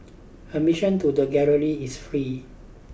admission to the galleries is free